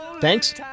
Thanks